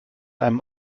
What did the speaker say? einem